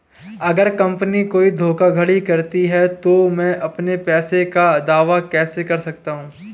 अगर कंपनी कोई धोखाधड़ी करती है तो मैं अपने पैसे का दावा कैसे कर सकता हूं?